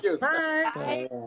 Bye